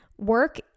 Work